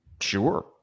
Sure